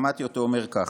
שמעתי אותו אומר כך: